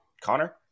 Connor